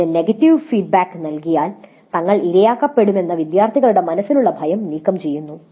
ഇത് negative feedback നൽകിയാൽ തങ്ങൾ ഇരയാക്കപ്പെടുമെന്ന വിദ്യാർത്ഥികളുടെ മനസ്സിലുള്ള ഭയം നീക്കംചെയ്യുന്നു